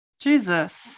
Jesus